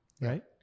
right